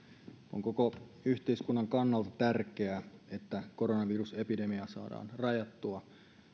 on koko yhteiskunnan kannalta tärkeää että koronavirusepidemia saadaan rajattua